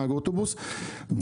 נהג אוטובוס,